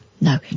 No